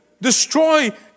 destroy